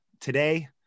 Today